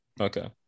Okay